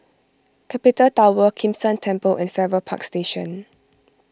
Capital Tower Kim San Temple and Farrer Park Station